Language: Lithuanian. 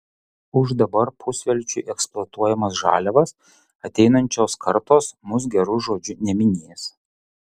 už dabar pusvelčiui eksploatuojamas žaliavas ateinančios kartos mus geru žodžiu neminės